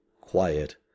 quiet